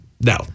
no